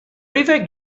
river